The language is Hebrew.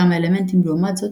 כמה אלמנטים לעומת זאת,